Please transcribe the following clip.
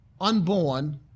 unborn